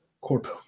corpo